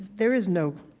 there is no